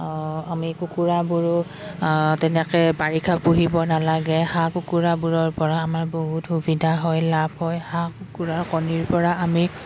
আমি কুকুৰাবোৰো তেনেকৈ বাৰিষা পুহিব নালাগে হাঁহ কুকুৰাবোৰৰপৰা আমাৰ বহুত সুবিধা হয় লাভ হয় হাঁহ কুকুৰাৰ কণীৰপৰা আমি